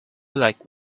like